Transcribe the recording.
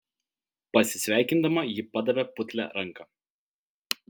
pasisveikindama ji padavė putlią ranką